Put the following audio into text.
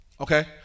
Okay